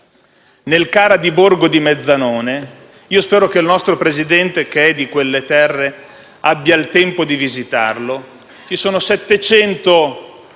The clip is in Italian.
nel CARA di Borgo Mezzanone - spero che il nostro Presidente, che è di quelle terre, abbia il tempo di visitarlo - ci sono 700